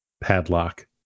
padlock